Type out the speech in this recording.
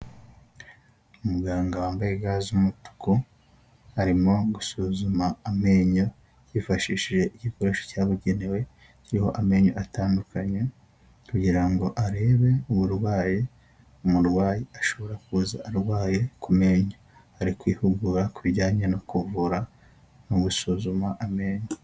Muganga wambaye ga z'umutuku, arimo gusuzuma amenyo, yifashishije igikoresho cyabugenewe kiriho amenyo atandukanye ,kugirango arebe uburwayi umurwayi ashobora kuza arwaye ku menyo, ari kwihugura kubijyanye no kuvura no gusuzuma amenyo.